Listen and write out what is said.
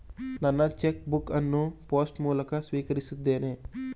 ನನ್ನ cheque book ಅನ್ನು post ಮೂಲಕ ಸ್ವೀಕರಿಸಿದ್ದೇನೆ